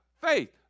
faith